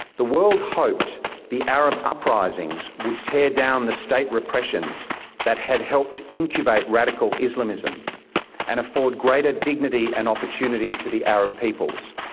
the world hoped the arab uprisings would tear down the state repression that had helped incubate radical islamism and afford greater dignity and opportunity to the arab peoples.